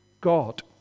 God